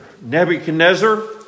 Nebuchadnezzar